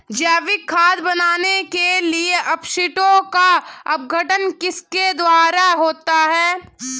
जैविक खाद बनाने के लिए अपशिष्टों का अपघटन किसके द्वारा होता है?